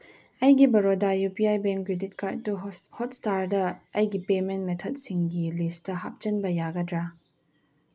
ꯑꯩꯒꯤ ꯕꯔꯣꯗꯥ U P I bank credit ꯀꯥꯔꯠꯇꯨ ꯍꯣꯠꯁꯇꯥꯔꯗ ꯑꯩꯒꯤ ꯄꯦꯃꯦꯟ ꯃꯦꯊꯠꯁꯤꯡꯒꯤ ꯂꯤꯁꯇ ꯍꯥꯞꯆꯤꯟꯕ ꯌꯥꯒꯗ꯭ꯔꯥ